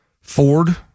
Ford